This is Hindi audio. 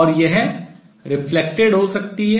और यह परावर्तित हो सकती है